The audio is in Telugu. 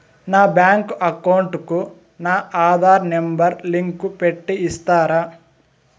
నా బ్యాంకు అకౌంట్ కు నా ఆధార్ నెంబర్ లింకు పెట్టి ఇస్తారా?